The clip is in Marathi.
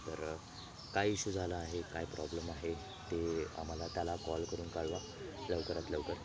तर काय इशू झाला आहे काय प्रॉब्लेम आहे ते आम्हाला त्याला कॉल करून कळवा लवकरात लवकर